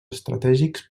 estratègics